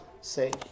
say